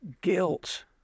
guilt